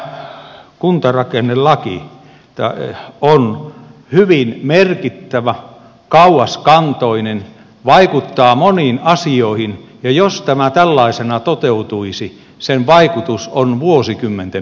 tämä kuntarakennelaki on hyvin merkittävä kauaskantoinen vaikuttaa moniin asioihin ja jos tämä tällaisena toteutuisi sen vaikutus on vuosikymmenten mittainen